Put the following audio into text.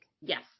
Yes